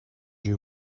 you